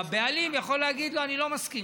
הבעלים יכול להגיד לו: אני לא מסכים.